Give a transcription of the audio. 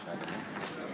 חברי הכנסת, היום י"ב